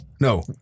no